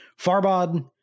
Farbod